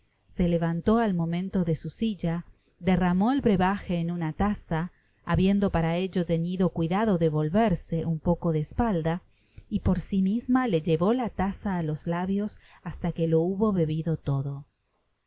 se levantó al momento de su silla derramó el brebaje en una taza habiendo para ello teuido ouidado de volverse un poco de espalda y por si misma le llevó la tasa á los labios hasta que lo hubo bebido todo